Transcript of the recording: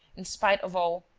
in spite of all,